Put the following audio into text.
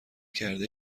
کرده